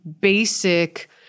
basic